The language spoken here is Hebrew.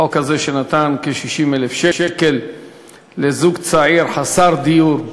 חוק כזה שנתן כ-60,000 שקל לזוג צעיר, חסר דיור.